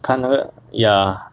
看那个 ya